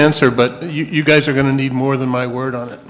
answer but you guys are going to need more than my word on it